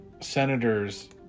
senators